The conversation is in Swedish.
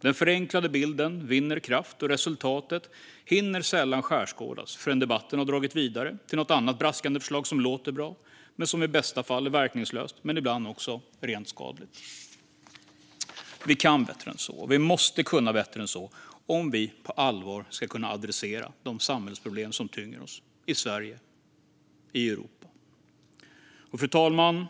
Den förenklade bilden vinner kraft, och resultatet hinner sällan skärskådas innan debatten har dragit vidare till något annat braskande förslag som låter bra men som i bästa fall är verkningslöst men ibland också rent skadligt. Vi kan bättre än så. Vi måste kunna bättre än så om vi på allvar ska kunna adressera de samhällsproblem som tynger oss i Sverige och i Europa. Fru talman!